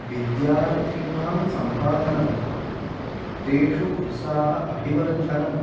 विद्यार्थिनां सम्पादनं तेषु उत्साह अभिवर्धनम्